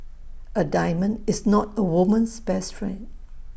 A diamond is not A woman's best friend